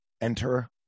Enter